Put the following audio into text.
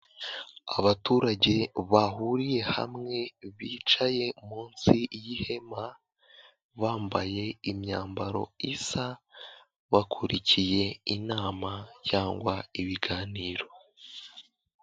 Abaturage bahuriye hamwe bicaye munsi y ihema bambaye imyambaro isa bakurikiye inama cyangwa ibiganiro.